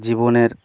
জীবনের